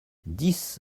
dix